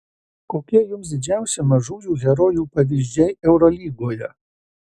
kokie jums didžiausi mažųjų herojų pavyzdžiai eurolygoje